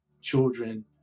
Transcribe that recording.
children